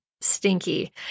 stinky